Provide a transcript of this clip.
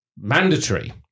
mandatory